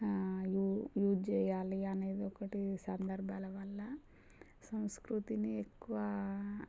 you use చెయ్యాలి అనేది ఒక్కటే సందర్భాల వల్ల సంస్కృతిని ఎక్కువ